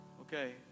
Okay